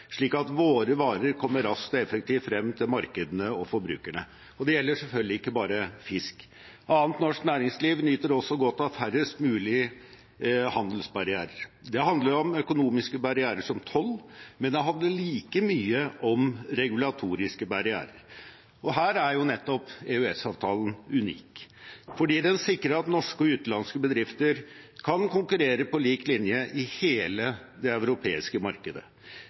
slik at våre varer kommer raskt og effektivt frem til markedene og forbrukerne. Det gjelder selvfølgelig ikke bare fisk. Annet norsk næringsliv nyter også godt av færrest mulig handelsbarrierer. Det handler om økonomiske barrierer som toll, men det handler like mye om regulatoriske barrierer. Her er nettopp EØS-avtalen unik fordi den sikrer at norske og utenlandske bedrifter kan konkurrere på lik linje i hele det europeiske markedet.